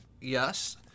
Yes